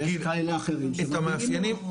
ויש כאלה אחרים שמתאימים לנו.